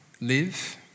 Live